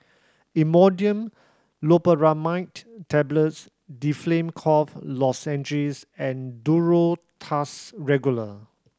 Imodium Loperamide Tablets Difflam Cough Lozenges and Duro Tuss Regular